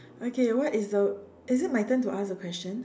okay what is the is it my turn to ask the question